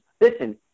Listen